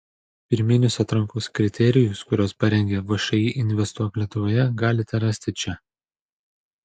pirminius atrankos kriterijus kuriuos parengė všį investuok lietuvoje galite rasti čia